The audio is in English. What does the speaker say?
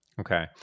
Okay